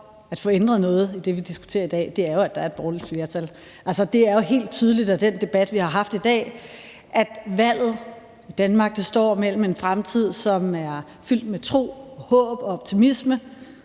i forhold til det, vi diskuterer i dag, jo er, at der er et borgerligt flertal. Det fremgår jo helt tydeligt af den debat, vi har haft i dag, at valget i Danmark står mellem en fremtid, som er fyldt med tro, håb og optimisme